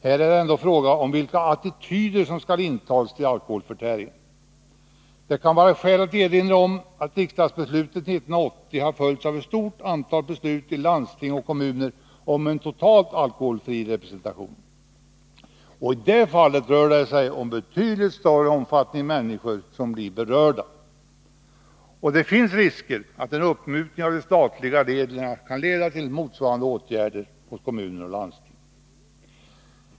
Här är det ändå fråga om vilka attityder som skall intas till akoholförtäringen. Det kan vara skäl att erinra om att riksdagsbeslutet från 1980 har följts av ett stort antal beslut i landsting och kommuner om en totalt alkoholfri representation. I dessa fall rör det sig om ett betydligt större antal människor som berörs. Det finns risk för att en uppmjukning av de statliga reglerna kan leda till motsvarande åtgärder inom kommuner och landsting.